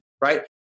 right